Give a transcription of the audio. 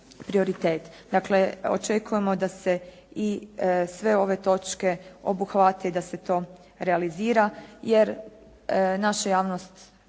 prioritet. Dakle očekujemo da se i sve ove točke obuhvate i da se to realizira, jer naša javnost